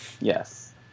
Yes